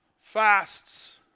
fasts